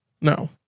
No